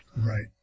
Right